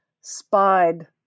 spied